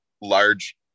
large